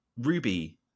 ruby